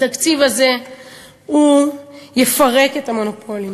התקציב הזה יפרק את המונופולים,